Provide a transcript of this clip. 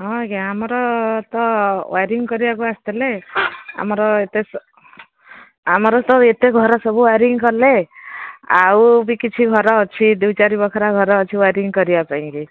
ହଁ ଆଜ୍ଞା ଆମର ତ ୱାୟାରିଂ କରିବାକୁ ଆସିଥିଲେ ଆମର ଏତେ ଆମର ତ ଏତେ ଘର ସବୁ ୱାୟାରିିଂ କଲେ ଆଉ ବି କିଛି ଘର ଅଛି ଦୁଇ ଚାରି ବଖରା ଘର ଅଛି ୱାୟାରିିଂ କରିବା ପାଇଁକି